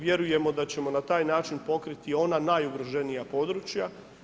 Vjerujemo da ćemo na taj način pokriti ona najugroženija područja.